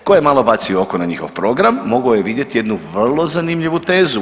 Tko je malo bacio oko na njihov program mogao je vidjeti jednu vrlo zanimljivu tezu.